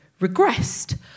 regressed